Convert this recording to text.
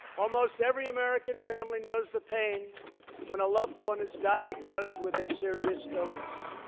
almost every american family knows the pain when a loved one is diagnosed with a serious illness.